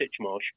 Titchmarsh